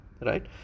right